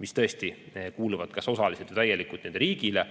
mis tõesti kuuluvad kas osaliselt või täielikult riigile.